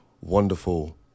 wonderful